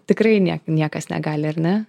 tikrai nie niekas negali ar ne